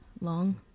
long